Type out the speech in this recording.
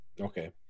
Okay